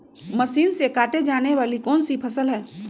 Machine से काटे जाने वाली कौन सी फसल है?